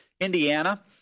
Indiana